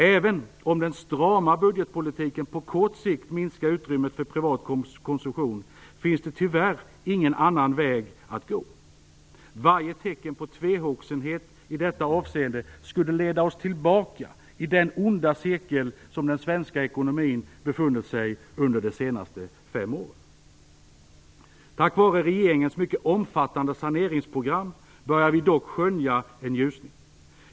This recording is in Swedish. Även om den strama budgetpolitiken på kort sikt minskar utrymmet för privat konsumtion, finns det tyvärr ingen annan väg att gå. Varje tecken på tvehågsenhet i detta avseende skulle leda tillbaka till den onda cirkel som den svenska ekonomin befunnit sig i under de senaste fem åren. Tack vare regeringens mycket omfattande saneringsprogram börjar vi dock skönja en ljusning.